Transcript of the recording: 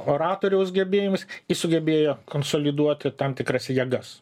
oratoriaus gebėjimais jis sugebėjo konsoliduoti tam tikras jėgas